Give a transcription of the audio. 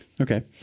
Okay